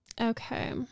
Okay